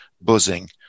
buzzing